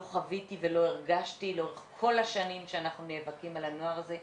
לא חוויתי ולא הרגשתי לאורך כל השנים שאנחנו נאבקים על הנוער הזה,